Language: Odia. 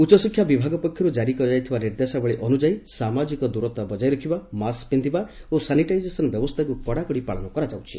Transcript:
ଉଚ୍ଚଶିଷା ବିଭାଗ ପକ୍ଷରୁ କାରି କରାଯାଇଥିବା ନିର୍ଦ୍ଦେଶାବଳୀ ଅନୁଯାୟୀ ସାମାଜିକ ଦୂରତା ବଜାୟ ରଖିବା ମାସକ ପିକ୍ସିବା ଓ ସାନିଟାଇଜେସନ୍ ବ୍ୟବସ୍ତାକୁ କଡ଼ାକଡ଼ି ପାଳନ କରାଯାଉଛି